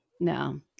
No